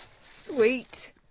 Sweet